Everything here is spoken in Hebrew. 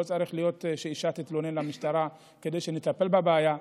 לא צריך להיות שאישה תתלונן במשטרה כדי שנטפל בבעיה.